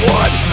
one